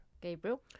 Gabriel